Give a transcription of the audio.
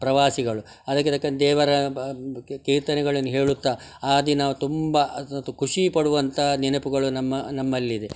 ಪ್ರವಾಸಿಗಳು ಅದಕ್ಕೆ ತಕ್ಕಂತೆ ದೇವರ ಕೀರ್ತನೆಗಳನ್ನು ಹೇಳುತ್ತಾ ಆ ದಿನ ತುಂಬ ಖುಷಿಪಡುವಂತ ನೆನೆಪುಗಳು ನಮ್ಮ ನಮ್ಮಲ್ಲಿದೆ